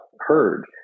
heard